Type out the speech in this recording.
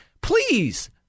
Please